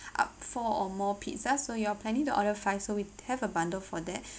up four or more pizza so you are planning the order five so we have a bundled for that